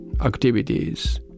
activities